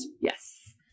yes